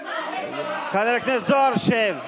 חבר הכנסת זוהר, שב.